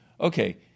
okay